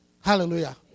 hallelujah